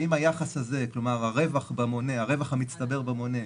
אם היחס הזה, כלומר הרווח המצטבר במונה,